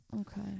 Okay